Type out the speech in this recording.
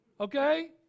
okay